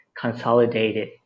consolidated